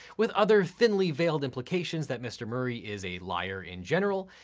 with other thinly veiled implications that mr. murray is a liar in general,